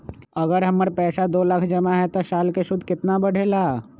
अगर हमर पैसा दो लाख जमा है त साल के सूद केतना बढेला?